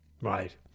Right